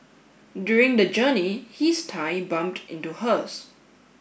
during the journey his thigh bumped into hers